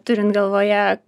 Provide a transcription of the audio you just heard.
turint galvoje